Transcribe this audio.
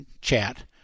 chat